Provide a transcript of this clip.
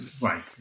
Right